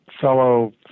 fellow